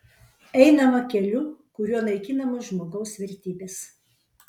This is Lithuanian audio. einama keliu kuriuo naikinamos žmogaus vertybės